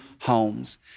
homes